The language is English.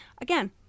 again